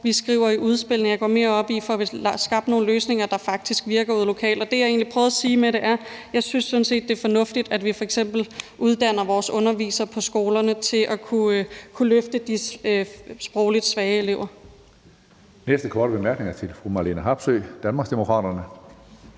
vi skriver i udspillene. Jeg går mere op i, om vi får skabt nogle løsninger, der faktisk virker derude lokalt. Det, jeg egentlig prøvede at sige med det, var, at jeg sådan synes, det er fornuftigt, at vi f.eks. uddanner vores undervisere på skolerne til at kunne løfte de sprogligt svage elever.